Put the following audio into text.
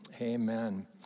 amen